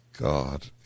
God